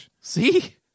See